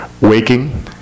Waking